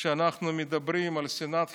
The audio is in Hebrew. כשאנחנו מדברים על שנאת חינם,